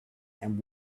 and